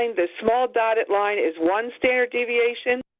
and the small dotted line is one standard deviation.